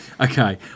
Okay